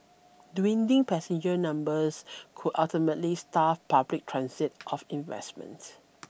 dwindling passenger numbers could ultimately starve public transit of investment